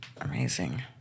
Amazing